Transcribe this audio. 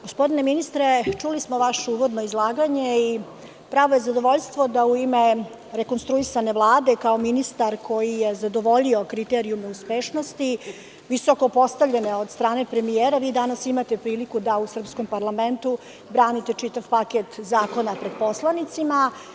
Gospodine ministre, čuli smo vaše uvodno izlaganje i pravo je zadovoljstvo da u ime rekonstruisane Vlade, kao ministar koji je zadovoljio kriterijume uspešnosti, visoko postavljene od strane premijera, vi imate danas priliku da u srpskom parlamentu branite čitav paket zakona pred poslanicima.